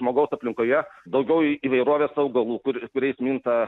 žmogaus aplinkoje daugiau įvairovės augalų kur greit minta